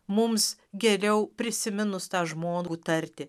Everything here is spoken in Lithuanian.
mums geriau prisiminus tą žmogų tarti